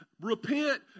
Repent